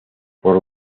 por